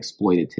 exploitative